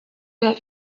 have